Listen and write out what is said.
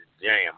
jam